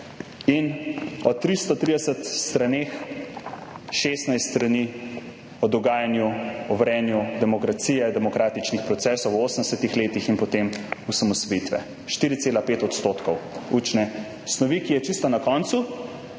in od 330 strani 16 strani o dogajanju, o vrenju demokracije, demokratičnih procesov v 80. letih in potem osamosvojitve, 4,5 % učne snovi, ki je čisto na koncu.